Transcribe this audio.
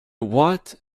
what